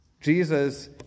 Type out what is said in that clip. Jesus